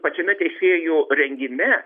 pačiame teisėjų rengime